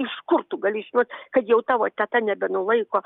iš kur tu gali žinot kad jau tavo teta nebenulaiko